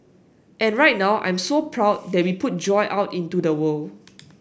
and right now I'm so proud that we put joy out into the world